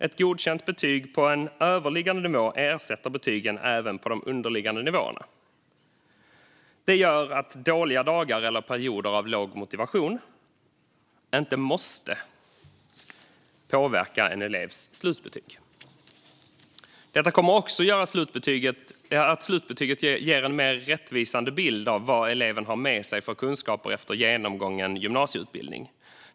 Ett godkänt betyg på en överliggande nivå ersätter betygen även på de underliggande nivåerna. Det gör att dåliga dagar eller perioder av låg motivation inte måste påverka en elevs slutbetyg. Detta kommer också att göra att slutbetyget ger en mer rättvisande bild av vad eleven har med sig för kunskaper efter genomgången gymnasieutbildning.